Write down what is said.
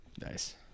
Nice